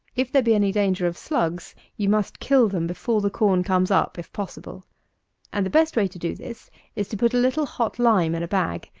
if there be any danger of slugs, you must kill them before the corn comes up if possible and the best way to do this is to put a little hot lime in a bag,